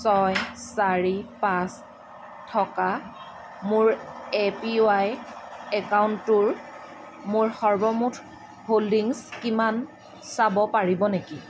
ছয় চাৰি পাঁচ থকা মোৰ এ পি ৱাইৰ একাউণ্টটোৰ মোৰ সৰ্বমুঠ হ'ল্ডিঙচ কিমান চাব পাৰিব নেকি